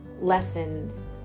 lessons